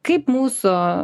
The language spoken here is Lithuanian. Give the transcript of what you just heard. kaip mūsų